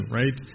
right